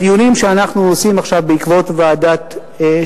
בדיונים שאנחנו עושים עכשיו בעקבות ועדת-ששינסקי,